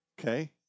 Okay